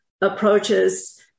approaches